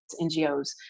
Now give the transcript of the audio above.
NGOs